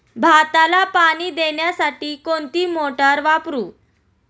भाताला पाणी देण्यासाठी कोणती मोटार वापरू?